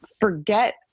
forget